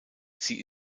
sie